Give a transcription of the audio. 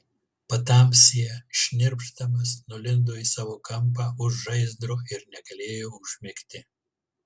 patamsyje šnirpšdamas nulindo į savo kampą už žaizdro ir negalėjo užmigti